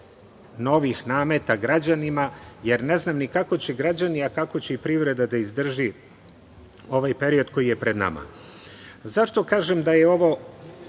novih nameta građanima jer ne znam ni kako će građani, a kako će i privreda da izdrži ovaj period koji je pred nama.Zašto kažem da je ovo